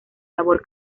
labor